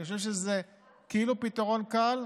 אני חושב שזה כאילו פתרון קל,